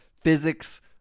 physics